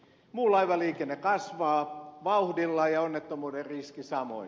muu laivaliikenne kasvaa vauhdilla ja onnettomuuden riski samoin